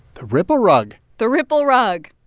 the ripple rug the ripple rug.